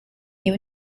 new